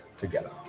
together